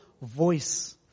voice